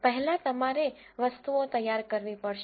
પહેલા તમારે વસ્તુઓ તૈયાર કરવી પડશે